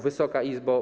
Wysoka Izbo!